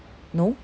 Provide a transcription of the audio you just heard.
no